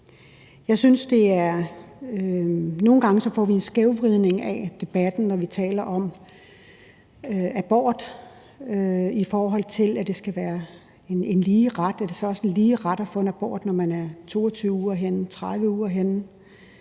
nogle gange får en skævvridning af debatten, når vi taler om abort, i forhold til at det skal være en lige ret. Er det så også en lige ret til at få en abort, når man er 22 uger henne, 30 uger henne?